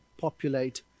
populate